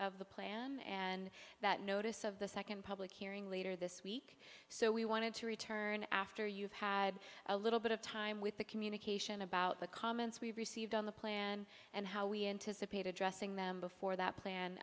of the plan and that notice of the second public hearing later this week so we wanted to return after you've had a little bit of time with the communication about the comments we've received on the plan and how we anticipate addressing them before that plan